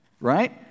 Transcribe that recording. right